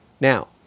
Now